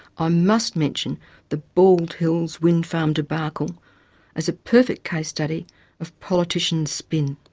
ah must mention the bald hills wind farm debacle as a perfect case study of politicians' spin.